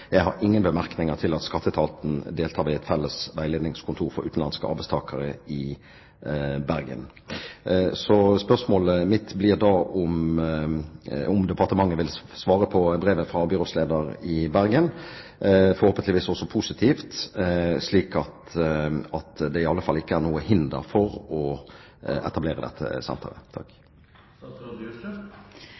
Jeg har ingen bemerkninger til at skatteetaten deltar ved et felles veiledningskontor for utenlandske arbeidstakere i Bergen.» Spørsmålet mitt blir da om departementet vil svare på brevet fra byrådslederen i Bergen – forhåpentligvis også positivt, slik at det iallfall ikke er noe hinder for å etablere dette senteret.